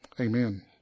amen